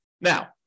Now